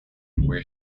where